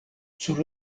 sur